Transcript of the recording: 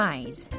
Eyes